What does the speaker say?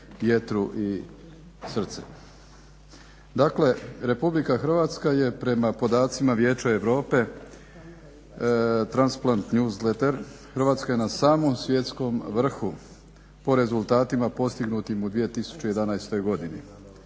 jetru i srce. Dakle, Republika Hrvatska je prema podacima Vijeća Europe transplant newsletter. Hrvatska je na samom svjetskom vrhu po rezultatima postignutim u 2011. godini.